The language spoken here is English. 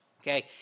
Okay